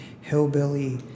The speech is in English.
hillbilly